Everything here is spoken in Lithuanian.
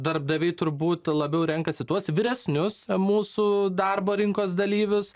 darbdaviai turbūt labiau renkasi tuos vyresnius mūsų darbo rinkos dalyvius